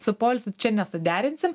su poilsiu čia nesuderinsim